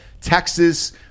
Texas